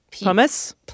pumice